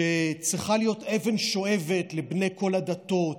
שצריכה להיות אבן שואבת לבני כל הדתות,